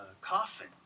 coffin